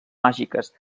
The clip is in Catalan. màgiques